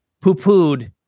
poo-pooed